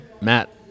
Matt